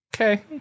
okay